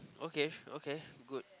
okay okay good